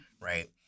right